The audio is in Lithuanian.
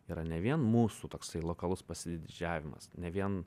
yra ne vien mūsų toksai lokalus pasididžiavimas ne vien